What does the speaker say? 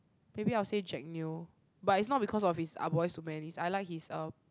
maybe I will say jack-neo but it's not because of his Ah Boys to Men is I like his uh